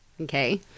okay